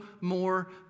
more